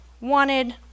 wanted